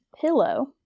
pillow